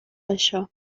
això